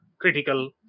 critical